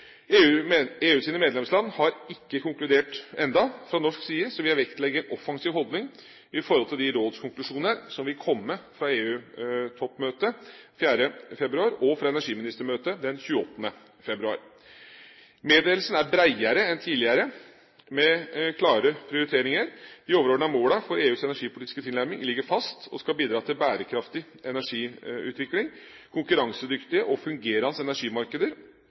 EU. EUs medlemsland har ikke konkludert ennå. Fra norsk side vil jeg vektlegge en offensiv holdning til de rådskonklusjoner som vil komme fra EU-toppmøtet den 4. februar, og fra energiministermøtet den 28. februar. Meddelelsen er bredere enn tidligere og med klarere prioriteringer. De overordnede mål for EUs energipolitiske tilnærming ligger fast og skal bidra til bærekraftig energiutvikling, konkurransedyktige og fungerende energimarkeder